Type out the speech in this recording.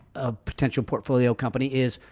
ah potential portfolio company is,